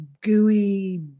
gooey